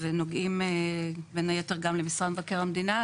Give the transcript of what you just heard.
ונוגעים בין היתר גם למשרד מבקר המדינה,